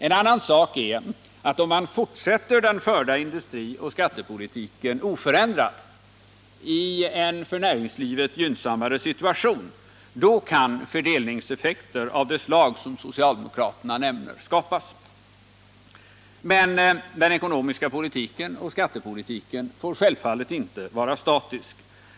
En annan sak är att om man fortsätter den förda industrioch skattepolitiken oförändrad i en för näringslivet gynnsammare situation, då kan fördelningseffekter av det slag som socialdemokraterna nämner skapas. Men den ekonomiska politiken och skattepolitiken får självfallet inte vara statiska.